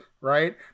right